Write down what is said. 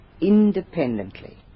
independently